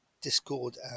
discord